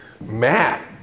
Matt